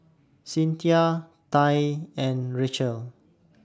Cynthia Tai and Rachelle